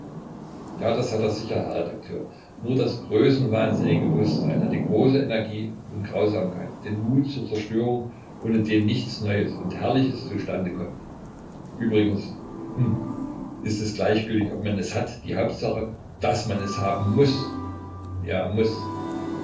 ja das hat er sicher herr redakteur nur das größenwahnsinnige bewußtsein hat die große energie und grausamkeit den mut zur zerstörung ohne den nichts neues und herrliches zu stande kommt übrigens hm ist es gleichgültig ob man es hat die hauptsache daß man es haben muß ja muß